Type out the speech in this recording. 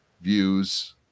views